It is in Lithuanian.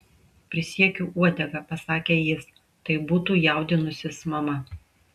prisiekiu uodega pasakė jis tai būtų jaudinusis mama